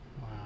Wow